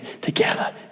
together